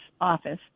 office